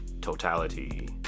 totality